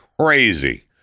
crazy